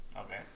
Okay